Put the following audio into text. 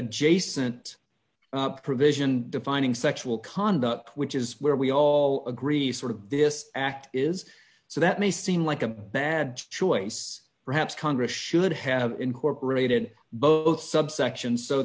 adjacent provision defining sexual conduct which is where we all agree sort of this act is so that may seem like a bad choice perhaps congress should have incorporated both subsection so